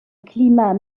climat